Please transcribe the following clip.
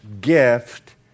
gift